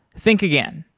think again.